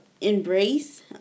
embrace